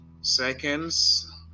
seconds